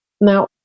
Now